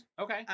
Okay